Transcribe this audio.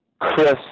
Chris